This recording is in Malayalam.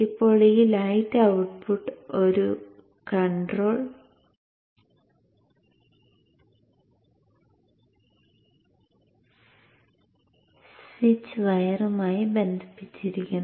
ഇപ്പോൾ ഈ ലൈറ്റ് ഔട്ട്പുട്ട് ഒരു കൺട്രോൾ സ്വിച്ച് വയറുമായി ബന്ധിപ്പിച്ചിരിക്കുന്നു